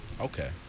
Okay